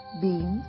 beans